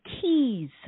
keys